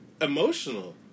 emotional